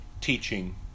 teaching